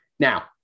Now